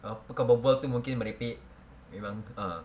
apa kau berbual tu mungkin merepek memang ah